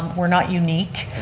we're not unique.